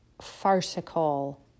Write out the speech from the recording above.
farcical